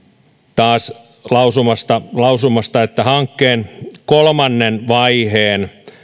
taas lausumasta lausumasta että hankkeen kolmannen vaiheen